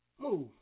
Move